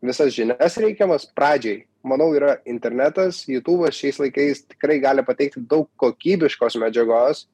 visas žinias reikiamas pradžioj manau yra internetas jutubas šiais laikais tikrai gali pateikti daug kokybiškos medžiagos